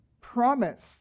promise